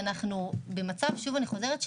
אני שוב חוזרת,